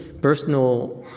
personal